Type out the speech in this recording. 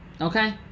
Okay